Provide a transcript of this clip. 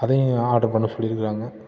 அதையும் ஆர்டர் பண்ண சொல்லிருக்கிறாங்க